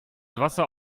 wasser